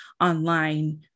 online